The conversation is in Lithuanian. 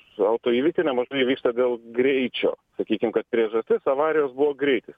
tų autoįvykių nemažai įvyksta dėl greičio sakykim kad priežastis avarijos buvo greitis